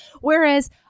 Whereas